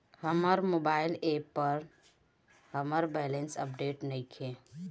हमर mobile app पर हमर बैलेंस अपडेट नइखे